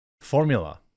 formula